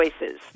choices